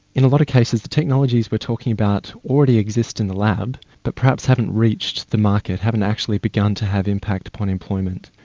in a lot of cases the technologies we are talking about already exist in the lab but perhaps haven't reached the market, haven't actually begun to have impact upon employment.